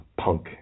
punk